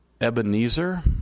Ebenezer